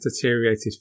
deteriorated